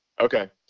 okay